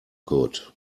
good